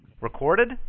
Recorded